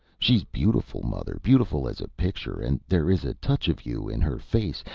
she's beautiful, mother, beautiful as a picture and there is a touch of you in her face,